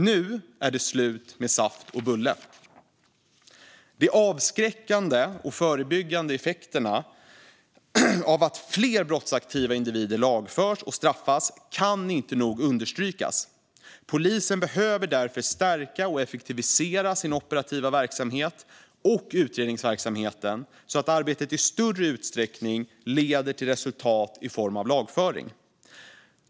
Nu är det slut med saft och bulle. De avskräckande och förebyggande effekterna av att fler brottsaktiva individer lagförs och straffas kan inte nog understrykas. Polisen behöver därför stärka och effektivisera sin operativa verksamhet och utredningsverksamhet så att arbetet i större utsträckning leder till resultat i form av lagföring.